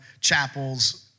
chapels